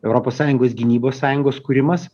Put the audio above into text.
europos sąjungos gynybos sąjungos kūrimas